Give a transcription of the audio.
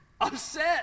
upset